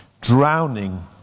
drowning